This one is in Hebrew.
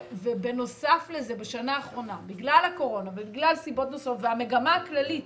ובנוסף לזה בשנה האחרונה בגלל הקורונה ובגלל סיבות נוספות והמגמה הכללית